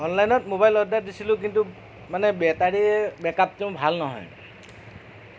অনলাইনত mobile order দিছিলোঁ কিন্তু মানে বেটাৰিৰ বেক আপটো ভাল নহয়